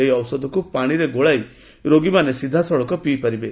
ଏହି ଔଷଧକୁ ପାଣିରେ ଗୋଳାଇ ରୋଗୀମାନେ ସିଧାସଳଖ ପିଇ ପାରିବେ